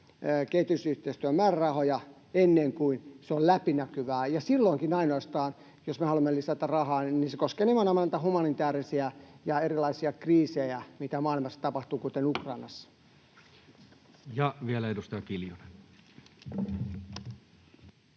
kehitysyhteistyön määrärahoja ennen kuin se on läpinäkyvää, ja silloinkin, jos me haluamme lisätä rahaa, niin se koskee ainoastaan nimenomaan niitä humanitäärisiä ja erilaisia kriisejä, mitä maailmassa tapahtuu, kuten Ukrainassa. Vielä edustaja Kiljunen.